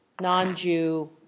non-Jew